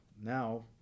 Now